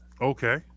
Okay